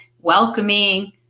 welcoming